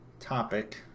topic